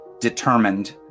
determined